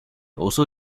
also